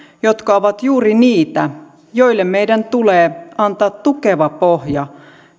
jotka ovat juuri niitä joille meidän tulee antaa tukeva pohja